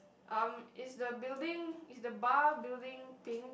uh is the building is the bar building pink